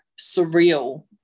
surreal